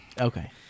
Okay